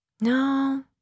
no